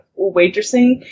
waitressing